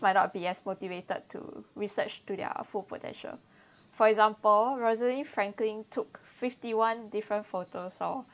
might not be as motivated to research to their full potential for example rosalind franklin took fifty one different photos of